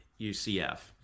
UCF